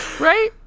Right